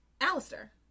Alistair